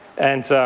and so